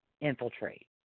infiltrate